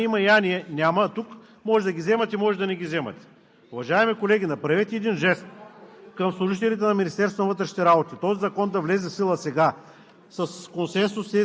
Какъв знак давате на служителите в Министерството на вътрешните работи? Казвате: след Нова година я ни има, я ни няма, а тук може да ги вземате, може и да не ги вземате. Уважаеми колеги, направете един жест